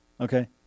Okay